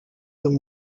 than